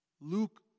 Luke